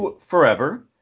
Forever